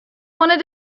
wanted